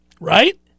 Right